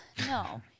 no